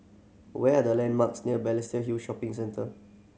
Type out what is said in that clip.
where are the landmarks near Balestier Hill Shopping Centre